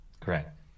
correct